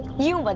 you but